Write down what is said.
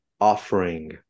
offering